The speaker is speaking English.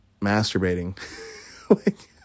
masturbating